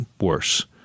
worse